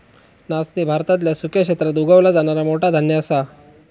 नाचणी भारतातल्या सुक्या क्षेत्रात उगवला जाणारा मोठा धान्य असा